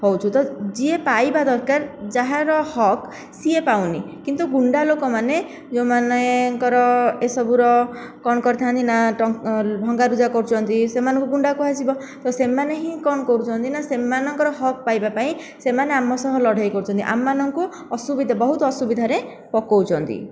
ହେଉଛୁ ତ ଯିଏ ପାଇବା ଦରକାର ଯାହାର ହକ୍ ସିଏ ପାଉନି କିନ୍ତୁ ଗୁଣ୍ଡା ଲୋକମାନେ ଯେଉଁମାନଙ୍କର ଏସବୁର କ'ଣ କରିଥାନ୍ତି ନା ଭଙ୍ଗାରୁଜା କରୁଛନ୍ତି ସେମାନଙ୍କୁ ଗୁଣ୍ଡା କୁହାଯିବ ତ ସେମାନେ ହିଁ କ'ଣ କରୁଛନ୍ତି ନା ସେମାନଙ୍କର ହକ୍ ପାଇବାପାଇଁ ସେମାନେ ଆମ ସହ ଲଢ଼େଇ କରୁଛନ୍ତି ଆମମାନଙ୍କୁ ଅସୁବିଧା ବହୁତ ଅସୁବିଧାରେ ପକାଉଛନ୍ତି